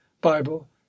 Bible